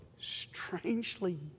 strangely